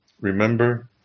remember